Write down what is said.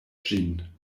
ĝin